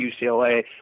UCLA